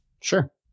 Sure